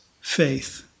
faith